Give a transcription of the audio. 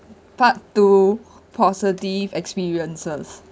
part two positive experiences